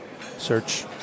Search